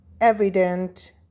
evident